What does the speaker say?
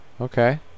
Okay